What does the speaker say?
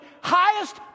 highest